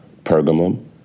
Pergamum